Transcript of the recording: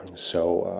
so.